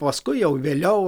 paskui jau vėliau